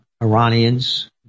Iranians